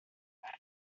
zero